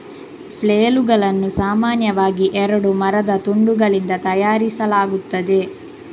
ಫ್ಲೇಲುಗಳನ್ನು ಸಾಮಾನ್ಯವಾಗಿ ಎರಡು ಮರದ ತುಂಡುಗಳಿಂದ ತಯಾರಿಸಲಾಗುತ್ತದೆ